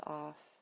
off